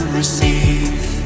receive